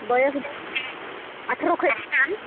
ᱵᱚᱭᱚᱥ ᱫᱚ ᱟᱴᱷᱨᱚ ᱠᱷᱚᱡ ᱪᱮᱛᱟᱱ